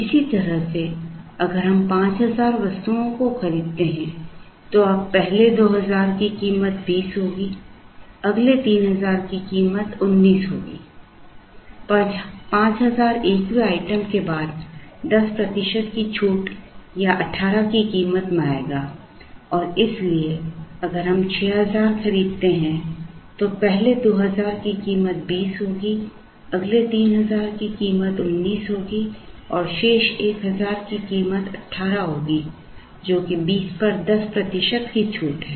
इसी तरह से अगर हम 5000 वस्तुओं को खरीदते हैं तो अब पहले 2000 की कीमत 20 होगी अगले 3000 की कीमत 19 होगी 5001वें आइटम के बाद 10 प्रतिशत की छूट या 18 की कीमत में आएगा और इसलिए अगर हम 6000 खरीदते हैं तो पहले 2000 की कीमत 20 होगी अगले 3000 की कीमत 19 होगी और शेष 1000 की कीमत 18 होगी जो कि 20 पर 10 प्रतिशत की छूट है